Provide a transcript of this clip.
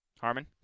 Harmon